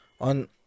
On